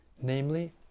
namely